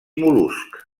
mol·luscs